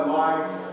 life